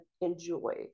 enjoy